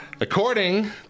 According